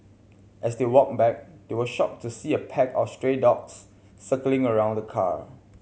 as they walked back they were shocked to see a pack of stray dogs circling around the car